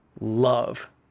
love